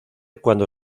cuando